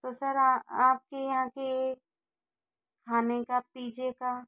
तो सर आपके यहाँ के खाने का पीज्जे का